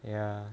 ya